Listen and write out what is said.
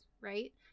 right